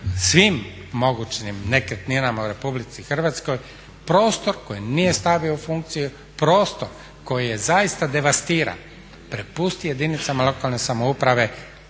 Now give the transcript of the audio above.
svim mogućim nekretninama u RH prostor koji nije stavio u funkciju, prostor koji je zaista devastiran prepusti jedinicama lokalne samouprave ako